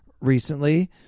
recently